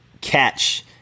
catch